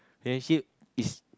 Malaysia is